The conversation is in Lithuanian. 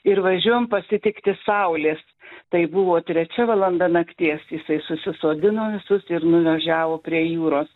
ir važiuojam pasitikti saulės tai buvo trečia valanda nakties jisai susisodino visus ir nuvažiavo prie jūros